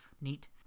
neat